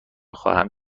خواهم